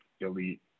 elite